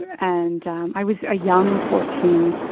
and um i was a young fourteen.